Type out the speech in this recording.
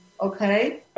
okay